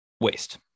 waste